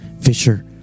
Fisher